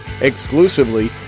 Exclusively